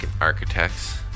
architects